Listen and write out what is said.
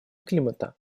климата